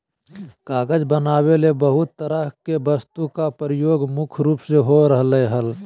कागज बनावे ले बहुत तरह के वस्तु के प्रयोग मुख्य रूप से हो रहल हल